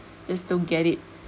just don't get it